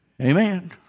Amen